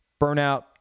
Burnout